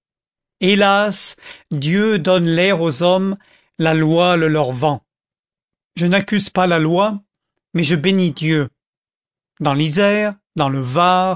hélas dieu donne l'air aux hommes la loi le leur vend je n'accuse pas la loi mais je bénis dieu dans l'isère dans le var